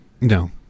No